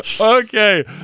Okay